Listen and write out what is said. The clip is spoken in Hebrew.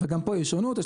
וגם פה יש שונות,